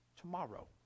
tomorrow